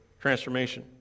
transformation